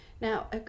Now